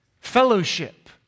fellowship